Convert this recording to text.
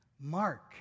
Mark